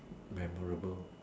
memorable